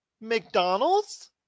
McDonald's